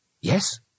Yes